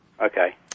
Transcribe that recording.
Okay